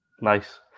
Nice